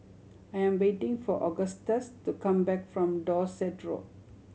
I am waiting for Augustus to come back from Dorset Road